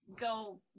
go